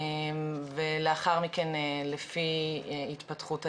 ולאחר מכן לפי התפתחות הדיון.